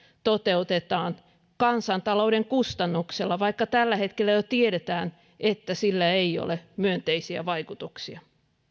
toteutetaan kansantalouden kustannuksella vaikka jo tällä hetkellä tiedetään että sillä ei ole myönteisiä vaikutuksia